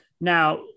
Now